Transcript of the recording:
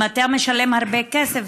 אם אתה משלם הרבה כסף,